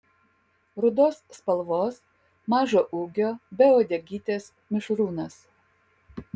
rudos spalvos mažo ūgio be uodegytės mišrūnas